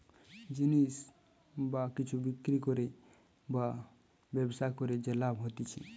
জিনিস বা কিছু বিক্রি করে বা ব্যবসা করে যে লাভ হতিছে